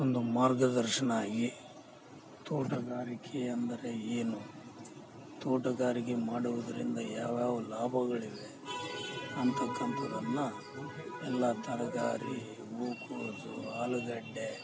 ಒಂದು ಮಾರ್ಗದರ್ಶನಾಗಿ ತೋಟಗಾರಿಕೆ ಅಂದರೆ ಏನು ತೋಟಗಾರಿಕೆ ಮಾಡುವುದರಿಂದ ಯಾವ್ಯಾವ ಲಾಭಗಳಿವೆ ಅಂತಕ್ಕಂಥದನ್ನ ಎಲ್ಲ ಥರದ ರೀ ಹೂಕೋಸು ಆಲುಗಡ್ಡೆ